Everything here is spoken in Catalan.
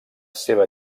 seva